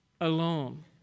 alone